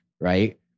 right